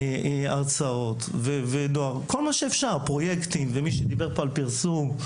הרצאות, פרויקטים, פרסום.